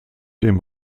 dem